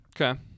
Okay